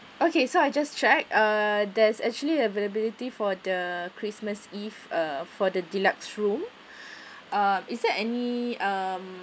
okay so I just check uh that's actually availability for the christmas eve uh for the deluxe room uh is there any um